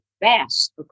fast